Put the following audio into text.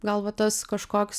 gal va tas kažkoks